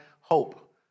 hope